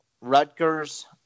Rutgers